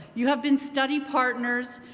you have been study partners,